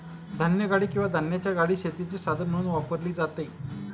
धान्यगाडी किंवा धान्याची गाडी शेतीचे साधन म्हणून वापरली जाते